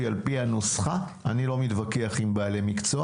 על פי הנוסחה אני לא מתווכח עם בעלי מקצוע